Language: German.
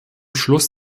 schluss